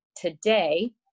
today